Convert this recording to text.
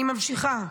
אני ממשיכה,